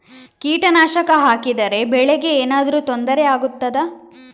ಕೀಟನಾಶಕ ಹಾಕಿದರೆ ಬೆಳೆಗೆ ಏನಾದರೂ ತೊಂದರೆ ಆಗುತ್ತದಾ?